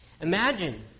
Imagine